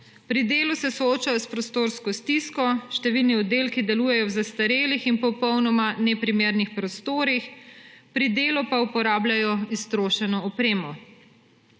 Pri delu se soočajo s prostorsko stisko, številni oddelki delujejo v zastarelih in popolnoma neprimernih prostorih, pri delu pa uporabljajo iztrošeno opremo.